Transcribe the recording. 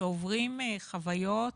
שעוברים חוויות